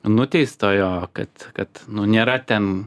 nuteistojo kad kad nu nėra ten